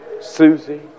Susie